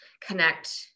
connect